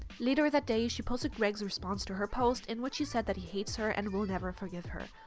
later that day she posted gregs response to her post, in which he said that he hates her and will never forgive her.